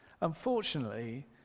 Unfortunately